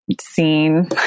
seen